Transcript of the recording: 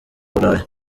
burayi